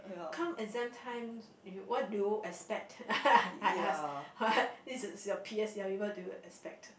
come exam times you what do you all expect I I I ask what this is your P_S_L_E what do you expect